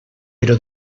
però